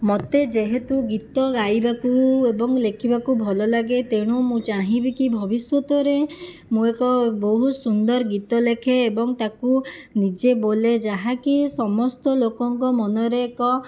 ମୋତେ ଯେହେତୁ ଗୀତ ଗାଇବାକୁ ଏବଂ ଲେଖିବାକୁ ଭଲ ଲାଗେ ତେଣୁ ମୁଁ ଚାହିଁବି କି ଭବିଷ୍ୟତରେ ମୁଁ ଏକ ବହୁତ ସୁନ୍ଦର ଗୀତ ଲେଖେ ଏବଂ ତାକୁ ନିଜେ ବୋଲେ ଯାହାକି ସମସ୍ତ ଲୋକଙ୍କ ମନରେ ଏକ